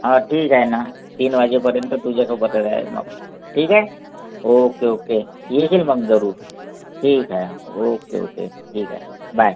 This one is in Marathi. ठीक आहे ना तीन वाजेपर्यंत तुझ्यासोबतच आहे मग ठीक आहे ओके ओके येशील मग जरूर ठीक आहे ओके ओके ठीक आहे बाय